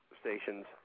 stations